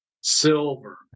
Silver